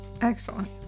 Excellent